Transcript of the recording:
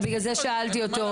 בגלל זה שאלתי אותו,